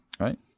Right